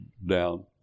down